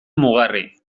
mugarri